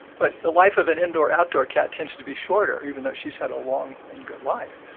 but the life of an indoor-outdoor cat tends to be shorter, even though she's had a long and good life.